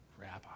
Rabbi